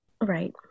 Right